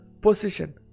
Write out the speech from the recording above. position